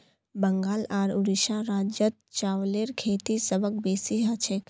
बंगाल आर उड़ीसा राज्यत चावलेर खेती सबस बेसी हछेक